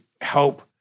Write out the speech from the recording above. help